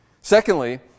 Secondly